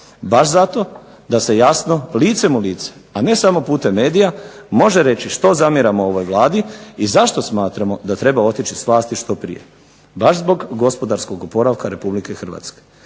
Baš zato da se jasno licem u lice, a ne samo putem medija može reći što zamjeramo ovoj Vladi, i zašto smatramo da treba otići s vlasti što prije. Baš zbog gospodarskog oporavka Republike Hrvatske.